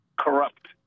corrupt